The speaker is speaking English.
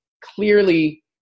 clearly